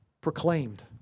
proclaimed